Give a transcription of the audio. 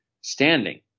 standing